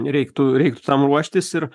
reiktų reiktų tam ruoštis ir